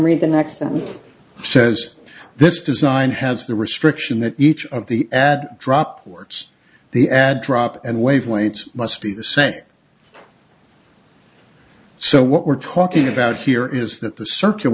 read the next and says this design has the restriction that each of the add drop ports the add drop and wavelengths must be the same so what we're talking about here is that the circula